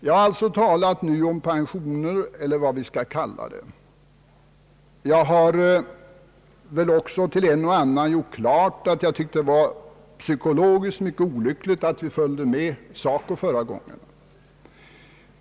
Jag har talat om pensioner — eller vad vi nu skall kalla det. Jag har väl också för en och annan gjort klart, att jag tycker att det var psykologiskt mycket olyckligt att vi följde SACO förra gången.